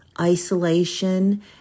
isolation